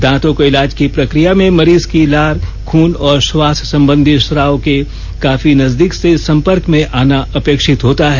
दांतों के इलाज की प्रक्रिया में मरीज की लार खून और श्वांस संबंधी स्राव के काफी नजदीक से संपर्क में आना अपेक्षित होता है